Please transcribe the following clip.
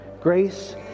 Grace